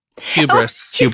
Hubris